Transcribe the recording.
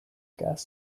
gas